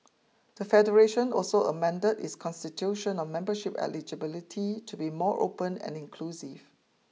the Federation also amended its Constitution on membership eligibility to be more open and inclusive